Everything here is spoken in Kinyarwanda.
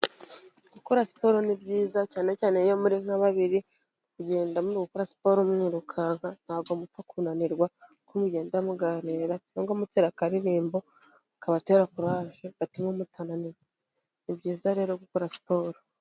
Gukora siporo ni byiza cyane cyane iyo muri nka babiri, kugenda muri gukora siporo mwirukanka ntabwo mupfa kunanirwa kuko mugenda muganira cyangwa mutera akaririmbo kabatera kuraje gatuma mutananirwa. Ni byiza rero gukora siporo.